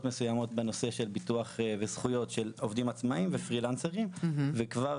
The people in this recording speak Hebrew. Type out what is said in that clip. מסויימות בנושא של ביטוח וזכויות של עובדים עצמאיים ופרילנסרים וכבר